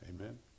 Amen